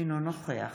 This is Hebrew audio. אינו נוכח